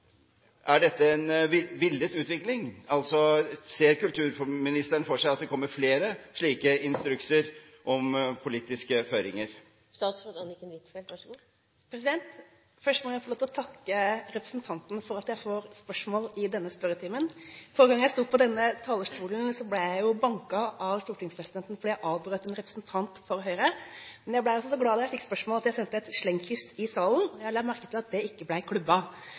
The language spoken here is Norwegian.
er: Er dette en villet utvikling? Altså: Ser kulturministeren for seg at det kommer flere slike instrukser om politiske føringer? Først må jeg få lov til å takke representanten for at jeg får spørsmål i denne spørretimen. Forrige gang jeg sto på denne talerstolen, ble jeg klubbet av stortingspresidenten fordi jeg avbrøt en representant for Høyre. Men jeg ble så glad da jeg fikk spørsmålet, at jeg sendte et slengkyss i salen, og jeg la merke til at det ikke